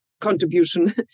contribution